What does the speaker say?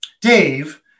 Dave